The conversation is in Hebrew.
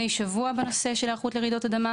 אני אומר שברגע שתהיה רעידת אדמה,